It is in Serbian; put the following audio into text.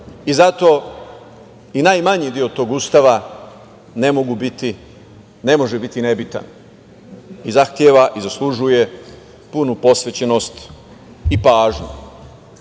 i zato i najmanji deo tog Ustava, ne može biti nebitan i zahteva i zaslužuje punu posvećenost i pažnju. Zbog